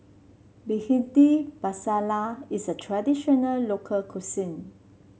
Bhindi Masala is a traditional local cuisine